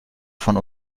von